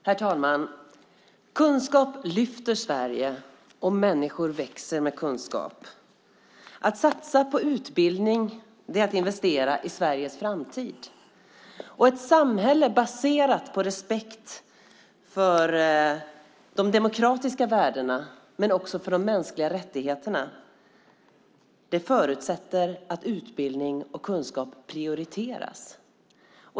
Herr talman! Kunskap lyfter Sverige, och människor växer med kunskap. Att satsa på utbildning är att investera i Sveriges framtid. Ett samhälle baserat på respekt för de demokratiska värdena och de mänskliga rättigheterna förutsätter att utbildning och kunskap prioriteras.